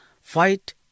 fight